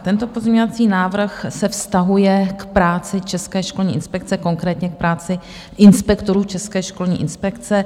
Tento pozměňovací návrh se vztahuje k práci České školní inspekce, konkrétně k práci inspektorů České školní inspekce.